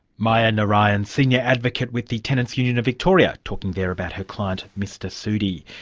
maya narayan, senior advocate with the tenants' union of victoria, talking there about her client mr sudi.